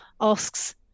asks